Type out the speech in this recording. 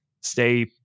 stay